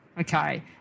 Okay